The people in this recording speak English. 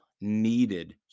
needed